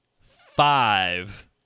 five